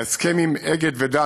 ההסכם עם אגד ודן,